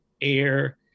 air